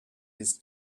his